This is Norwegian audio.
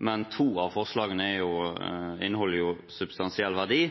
men to av forslagene inneholder substansiell verdi